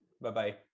bye-bye